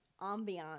ambiance